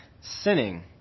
sinning